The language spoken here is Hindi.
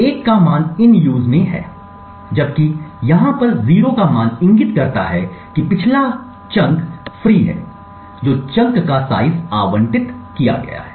1 का मान इन यूज में है जबकि यहाँ पर 0 का मान इंगित करता है कि पिछला हिस्सा फ्री है जो चंक का साइज आवंटित किया गया है